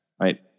right